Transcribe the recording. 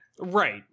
right